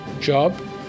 job